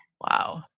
Wow